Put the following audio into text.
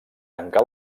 tancà